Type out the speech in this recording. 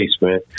man